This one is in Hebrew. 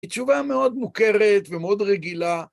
תשובה מאוד מוכרת ומאוד רגילה.